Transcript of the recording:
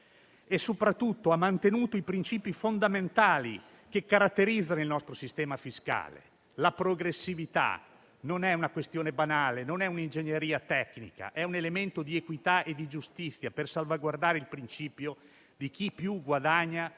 e, soprattutto, ha mantenuto i principi fondamentali che caratterizzano il nostro sistema fiscale. La progressività non è una questione banale, non è un'ingegneria tecnica, ma è un elemento di equità e di giustizia per salvaguardare il principio di chi più guadagna,